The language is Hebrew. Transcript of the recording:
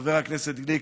חבר הכנסת גליק,